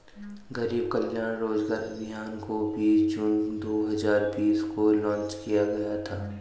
गरीब कल्याण रोजगार अभियान को बीस जून दो हजार बीस को लान्च किया गया था